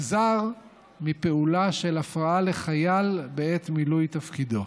וייגזר מפעולה של הפרעה לחייל בעת מילוי תפקידו.